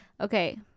okay